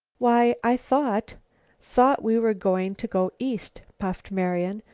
why, i thought thought we were going to go east, puffed marian.